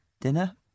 Dinner